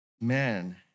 man